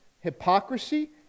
hypocrisy